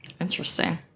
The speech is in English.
Interesting